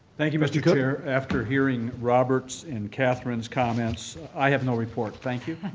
thank you, mr. chair. after hearing robert's and kathryn's comments, i have no report. thank you.